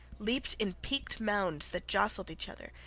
leaped in peaked mounds that jostled each other,